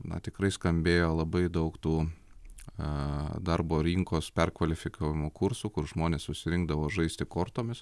na tikrai skambėjo labai daug tų a darbo rinkos perkvalifikavimo kursų kur žmonės susirinkdavo žaisti kortomis